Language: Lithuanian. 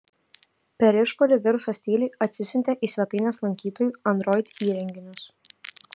per išpuolį virusas tyliai atsisiuntė į svetainės lankytojų android įrenginius